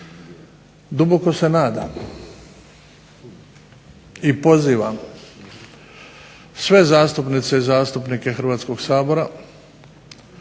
duboko se nadam i pozivam sve zastupnice i zastupnike Hrvatskog sabora